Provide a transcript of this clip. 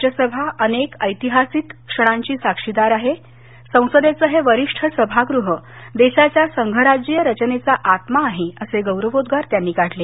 राज्यसभा अनेक ऐतिहासिक क्षणांची साक्षीदार आहे संसदेचं हे वरिष्ठ सभागृह देशाच्या संघराज्यीय रचनेचा आत्मा आहे असे गौरवोद्वार त्यांनी काढले